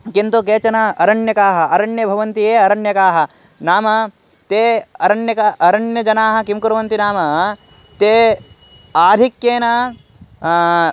किन्तु केचन अरण्यकाः अरण्ये भवन्ति ये अरण्यकाः नाम ते अरण्यकः अरण्यजनाः किं कुर्वन्ति नाम ते आधिक्येन